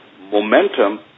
momentum